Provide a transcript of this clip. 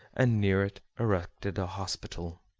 and near it erected a hospital.